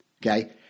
Okay